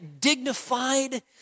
dignified